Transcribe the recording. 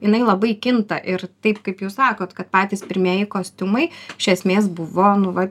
jinai labai kinta ir taip kaip jūs sakot kad patys pirmieji kostiumai iš esmės buvo nu va